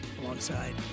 alongside